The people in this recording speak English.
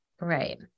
Right